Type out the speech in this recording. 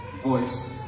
voice